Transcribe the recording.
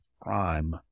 crime